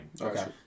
Okay